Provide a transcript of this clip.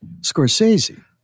Scorsese